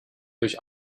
durch